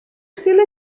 sil